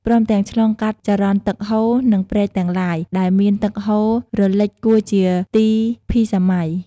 ព្រមទាំងឆ្លងកាត់ចរន្តទឹកហូរ និងព្រែកទាំងឡាយ ដែលមាន ទឹកហូររលេញគួរជា ទីភិសម័យ។